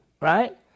right